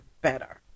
better